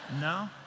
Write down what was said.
no